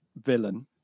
villain